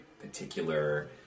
particular